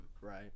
Right